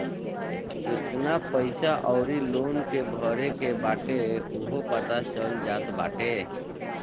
केतना पईसा अउरी लोन के भरे के बाटे उहो पता चल जात बाटे